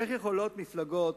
איך יכולות מפלגות